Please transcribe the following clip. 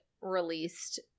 released